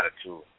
attitude